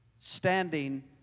standing